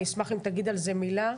אשמח אם תגיד על זה מילה.